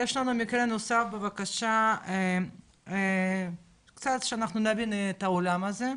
יש לנו מקרה נוסף, קצת שאנחנו נבין את העולם הזה,